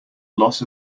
loss